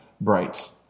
bright